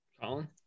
Colin